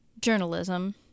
journalism